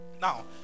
Now